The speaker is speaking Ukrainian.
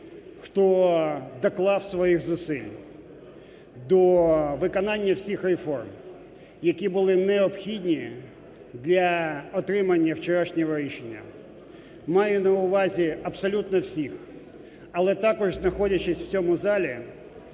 хто доклав своїх зусиль до виконання всіх реформ, які були необхідні для отримання вчорашнього рішення. Маю на увазі абсолютно всіх, але також, знаходячись у цьому залі,